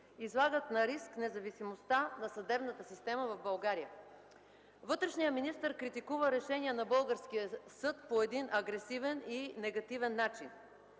излагат на риск независимостта на съдебната система в България. Вътрешният министър критикува решение на българския съд по един агресивен и негативен начин.